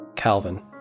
Calvin